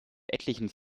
etlichen